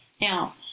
Now